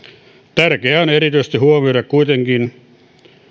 tärkeää on erityisesti huomioida kuitenkin